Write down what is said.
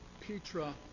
Petra